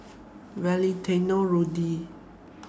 Valentino Rudy